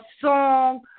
song